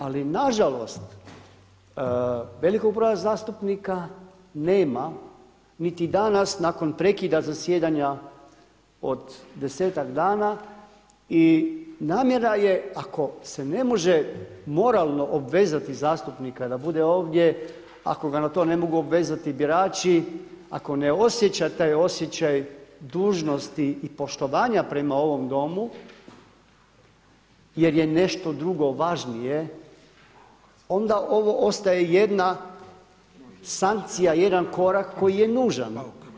Ali nažalost, velikog broja zastupnika nema niti danas nakon prekida zasjedanja od desetak dana i namjera je ako se ne može moralno obvezati zastupnika da bude ovdje, ako ga na to ne mogu obvezati birači, ako ne osjeća taj osjećaj dužnosti i poštovanja prema ovom Domu jer je nešto drugo važnije onda ovo ostaje jedna sankcija jedan korak koji je nužan.